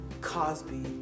Cosby